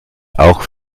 auch